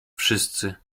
wszyscy